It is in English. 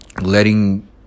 letting